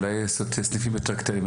אולי לעשות סניפים יותר קטנים.